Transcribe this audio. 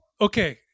okay